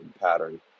pattern